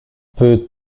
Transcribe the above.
peut